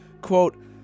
Quote